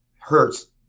Hurts